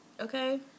Okay